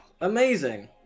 amazing